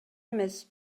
эмес